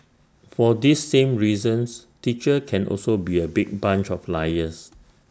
for these same reasons teachers can also be A big bunch of liars